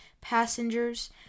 passengers